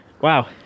Wow